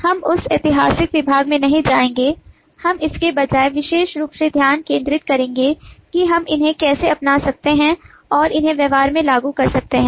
हम उस ऐतिहासिक विकास में नहीं जाएंगे हम इसके बजाय विशेष रूप से ध्यान केंद्रित करेंगे कि हम इन्हें कैसे अपना सकते हैं और इन्हें व्यवहार में लागू कर सकते हैं